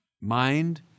Mind